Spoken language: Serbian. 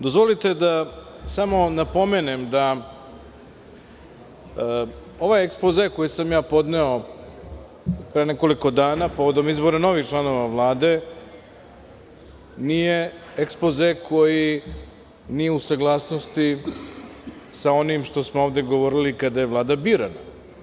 Dozvolite da samo napomenem da ovaj ekspoze koji sam podneo pre nekoliko dana povodom izbora novih članova Vlade, nije ekspoze koji nije u saglasnosti sa onim što smo ovde govorili kada je Vlada birana.